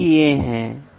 यह मेजरमेंट का विज्ञान है